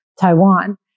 Taiwan